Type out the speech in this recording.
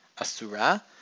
Asura